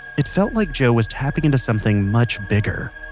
it felt like joe was tapping into something much bigger.